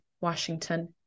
Washington